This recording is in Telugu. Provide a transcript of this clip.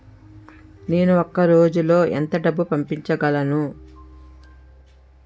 నేను ఒక రోజులో ఎంత డబ్బు పంపించగలను?